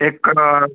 एक कड